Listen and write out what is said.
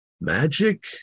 magic